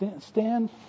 stand